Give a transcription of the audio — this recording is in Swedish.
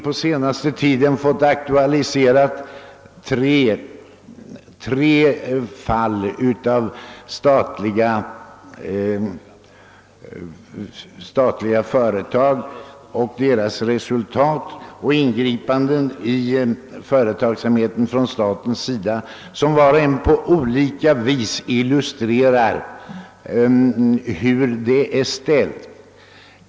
På senaste tiden har tre fall aktualiserats, som på olika sätt illustrerar statliga företag, deras resultat av verksamheten och de ingripanden som gjorts från statens sida.